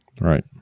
Right